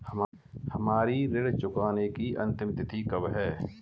हमारी ऋण चुकाने की अंतिम तिथि कब है?